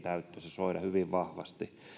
soida hyvin vahvasti